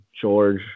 George